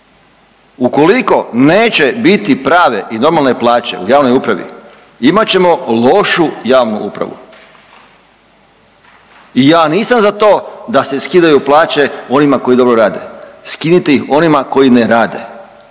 Ukoliko neće biti prave i normalne plaće u javnoj upravi imat ćemo lošu javnu upravu. I ja nisam za to da se skidaju plaće onima koji dobro jave. Skinite ih onima koji ne rade,